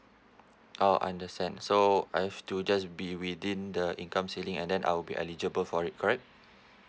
oh understand so I have to just be within the income ceiling and then I'll be eligible for it correct